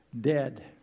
dead